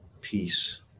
Peace